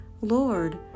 Lord